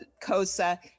COSA